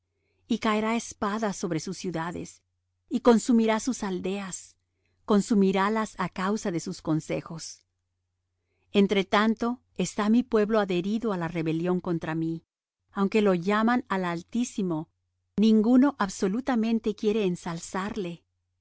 y caerá espada sobre sus ciudades y consumirá sus aldeas consumirálas á causa de sus consejos entre tanto está mi pueblo adherido á la rebelión contra mí aunque lo llaman al altísimo ninguno absolutamente quiere ensalzar